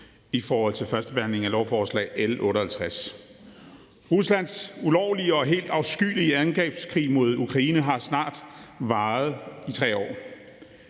i forhold til førstebehandlingen af lovforslag L 58. Ruslands ulovlige og helt afskyelige angrebskrig mod Ukraine har snart varet i 3 år.